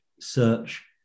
search